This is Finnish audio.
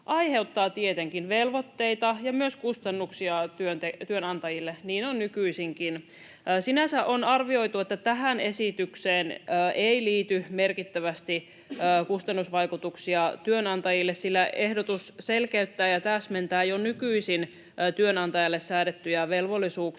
aiheuttaa tietenkin velvoitteita ja myös kustannuksia työnantajille. Niin on nykyisinkin. Sinänsä on arvioitu, että tähän esitykseen ei liity merkittävästi kustannusvaikutuksia työnantajille, sillä ehdotus selkeyttää ja täsmentää jo nykyisin työnantajalle säädettyjä velvollisuuksia.